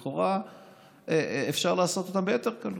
לכאורה אפשר לעשות אותם ביתר קלות.